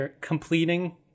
completing